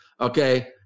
okay